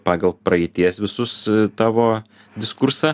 pagal praeities visus tavo diskursą